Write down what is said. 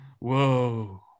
Whoa